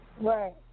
right